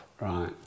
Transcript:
Right